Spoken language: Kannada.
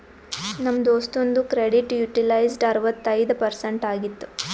ನಮ್ ದೋಸ್ತುಂದು ಕ್ರೆಡಿಟ್ ಯುಟಿಲೈಜ್ಡ್ ಅರವತ್ತೈಯ್ದ ಪರ್ಸೆಂಟ್ ಆಗಿತ್ತು